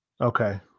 Okay